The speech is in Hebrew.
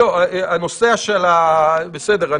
בסדר.